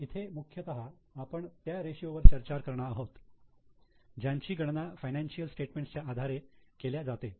इथे मुख्यतः आपण त्या रेषीयो वर चर्चा करणार आहोत ज्यांची गणना फायनान्शिअल स्टेटमेंट्स च्या आधारे केल्या जाते